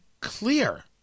clear